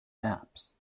maps